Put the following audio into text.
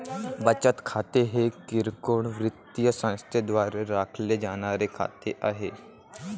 बचत खाते हे किरकोळ वित्तीय संस्थांद्वारे राखले जाणारे खाते आहे